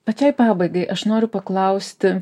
pačiai pabaigai aš noriu paklausti